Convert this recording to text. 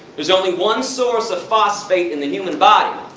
there's only one source of phosphate in the human body,